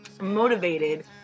motivated